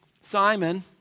Simon